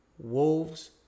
Wolves